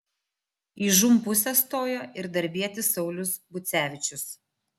į žūm pusę stojo ir darbietis saulius bucevičius